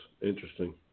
Interesting